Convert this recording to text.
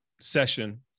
session